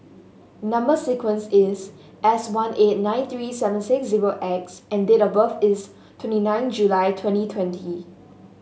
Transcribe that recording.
number sequence is S one eight nine three seven six zero X and date of birth is twenty nine July twenty twenty